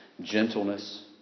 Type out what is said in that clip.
gentleness